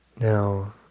Now